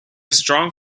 strong